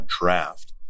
Draft